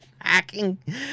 Hacking